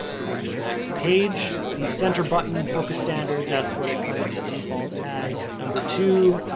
moving to the next page. the center button focus standard, that's what it comes default as. number two,